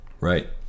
Right